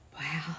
Wow